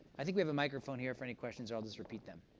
i think we have a microphone here for any questions, or i'll just repeat them.